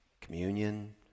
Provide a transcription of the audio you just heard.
communion